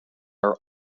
are